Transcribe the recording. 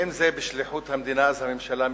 ואם זה בשליחות המדינה, אז הממשלה משיבה,